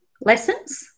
lessons